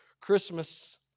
Christmas